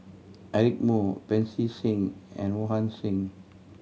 Eric Moo Pancy Seng and Mohan Singh